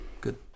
Good